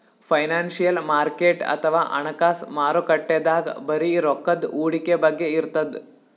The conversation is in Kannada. ಫೈನಾನ್ಸಿಯಲ್ ಮಾರ್ಕೆಟ್ ಅಥವಾ ಹಣಕಾಸ್ ಮಾರುಕಟ್ಟೆದಾಗ್ ಬರೀ ರೊಕ್ಕದ್ ಹೂಡಿಕೆ ಬಗ್ಗೆ ಇರ್ತದ್